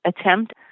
attempt